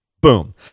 Boom